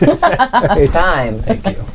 time